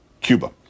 Cuba